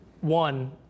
One